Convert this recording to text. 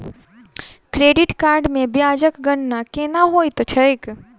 credit card मे ब्याजक गणना केना होइत छैक